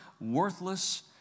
worthless